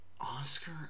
Oscar